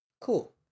cool